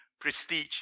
prestige